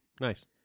Nice